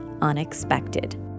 unexpected